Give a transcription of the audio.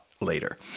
later